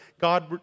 God